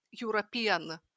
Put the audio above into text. European